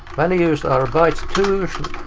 values are bytes two